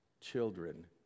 children